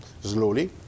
slowly